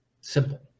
simple